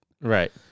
Right